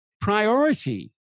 Priority